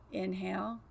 inhale